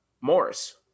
Morris